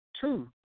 two